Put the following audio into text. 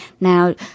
Now